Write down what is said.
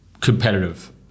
competitive